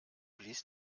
blies